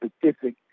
Pacific